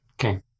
Okay